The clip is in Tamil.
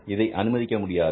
இதை அனுமதிக்க முடியாது